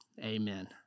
amen